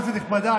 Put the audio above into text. כנסת נכבדה,